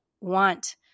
want